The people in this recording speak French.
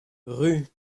rue